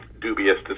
dubious